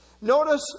Notice